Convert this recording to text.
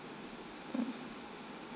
mm